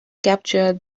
capture